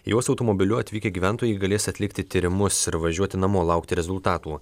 juos automobiliu atvykę gyventojai galės atlikti tyrimus ir važiuoti namo laukti rezultatų